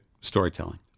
storytelling